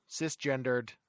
Cisgendered